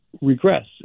regress